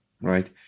right